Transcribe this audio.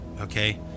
okay